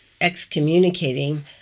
excommunicating